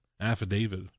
affidavit